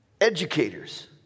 educators